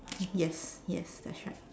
yes yes that's right